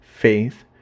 faith